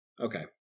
Okay